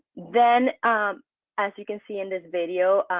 then as you can see in this video,